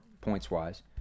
points-wise